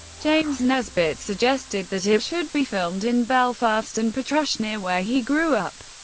james nesbitt suggested that it should be filmed in belfast and portrush, near where he grew up.